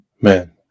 man